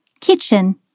kitchen